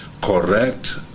correct